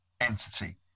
entity